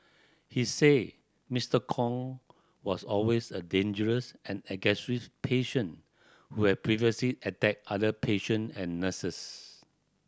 he said Mister Kong was always a dangerous and aggressive patient who have previously attacked other patient and nurses